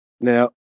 Now